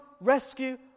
rescue